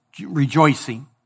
rejoicing